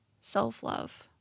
Self-love